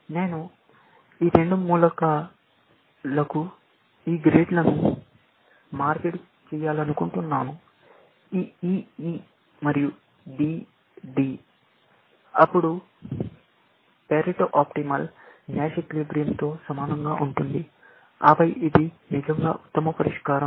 నేను ఈ రెండు మూలలకు ఈ గ్రేడ్లను మార్పిడి చేయాలనుకుంటే ఈ E E మరియు D D అప్పుడు పరేటో ఆప్టిమల్ నాష్ ఈక్విలిబ్రియం తో సమానంగా ఉంటుంది ఆపై ఇది నిజంగా ఉత్తమ పరిష్కారం